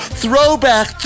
throwback